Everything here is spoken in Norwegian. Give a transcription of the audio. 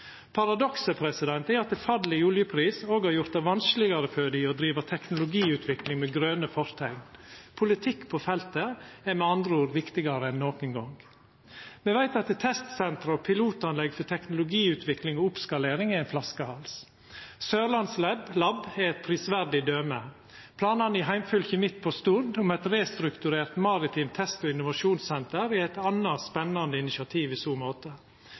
Paradokset er at fallet i oljepris òg har gjort det vanskelegare for dei å driva teknologiutvikling med grøne forteikn. Politikk på feltet er med andre ord viktigare enn nokon gong. Me veit at testsenter og pilotanlegg for teknologiutvikling og oppskalering er ein flaskehals. Sørlandslab er eit prisverdig døme. Planane i heimfylket mitt, på Stord, om eit restrukturert maritimt test- og innovasjonssenter er eit anna spennande initiativ i så måte.